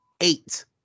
eight